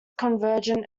convergent